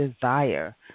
desire